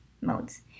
modes